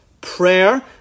prayer